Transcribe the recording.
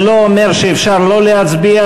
זה לא אומר שאפשר לא להצביע.